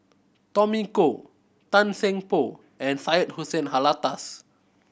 Tommy Koh Tan Seng Poh and Syed Hussein Alatas